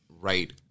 right